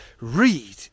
read